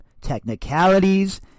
Technicalities